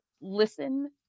listen